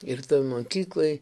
ir toj mokykloj